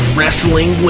Wrestling